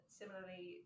similarly